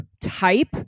type